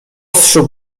ostrzu